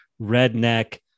redneck